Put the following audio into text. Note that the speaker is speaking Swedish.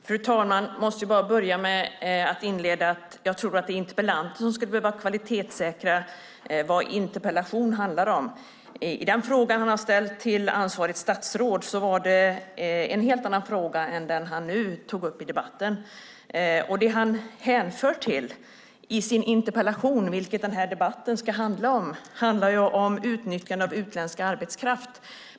Fru talman! Jag måste inleda med att säga att jag tror att det är interpellanten som skulle behöva kvalitetssäkra vad interpellationen handlar om. Den fråga som han har ställt till ansvarigt statsråd är en helt annan än den han nu tog upp i debatten. Det han hänför till i sin interpellation, som debatten ska handla om, är utnyttjande av utländsk arbetskraft.